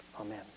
Amen